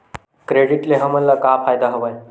Credit ले हमन ला का फ़ायदा हवय?